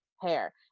hair